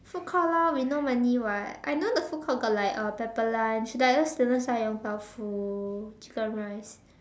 food court lor we no money [what] I know the food court got like uh pepper lunch like those student sell Yong-Tau-Foo chicken rice